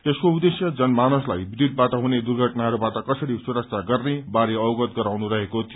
यसको उद्वेश्य जन मानसलाई विध्यूतबाट हुने दुर्घटनाहरूबाट कसरी सुरक्षा गर्ने बारे अवगत गराउन रहेको थियो